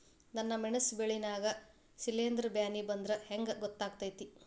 ನನ್ ಮೆಣಸ್ ಬೆಳಿ ನಾಗ ಶಿಲೇಂಧ್ರ ಬ್ಯಾನಿ ಬಂದ್ರ ಹೆಂಗ್ ಗೋತಾಗ್ತೆತಿ?